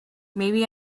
maybe